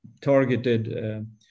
targeted